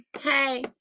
Hey